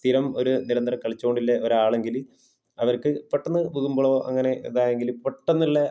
സ്ഥിരം ഒരു നിരന്തരം കളിച്ചു കൊണ്ടുള്ള ഒരാളാണെങ്കിൽ അവര്ക്ക് പെട്ടെന്ന് വില്മ്പളോ അങ്ങനെ ഇതായെങ്കിൽ പെട്ടെന്നുള്ള